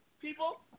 People